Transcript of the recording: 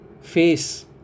face